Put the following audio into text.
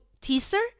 teaser